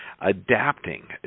adapting